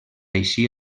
així